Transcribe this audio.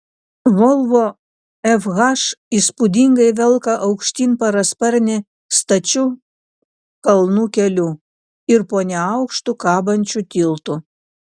volvo fh įspūdingai velka aukštyn parasparnį stačiu kalnų keliu ir po neaukštu kabančiu tiltu